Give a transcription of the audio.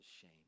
shame